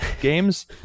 games